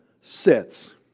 sits